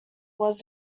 was